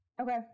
okay